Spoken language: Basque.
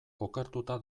okertuta